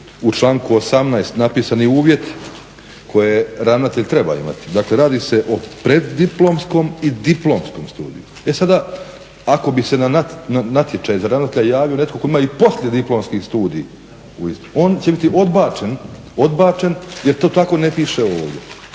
u članku 18. napisani uvjeti koje ravnatelj treba imat. Dakle, radi se o preddiplomskom i diplomskom studiju. E sada, ako bi se na natječaj za ravnatelja javio netko tko ima i poslijediplomski studij on će biti odbačen jer to tako ne piše ovdje.